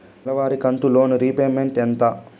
నెలవారి కంతు loan repayment ఎంత?